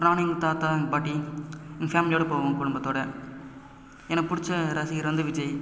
நானும் எங்கள் தாத்தா எங்கள் பாட்டி ஃபேமிலியோட போவோம் குடும்பத்தோட எனக்கு பிடிச்ச ரசிகர் வந்து விஜய்